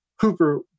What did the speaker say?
Cooper